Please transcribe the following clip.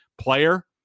player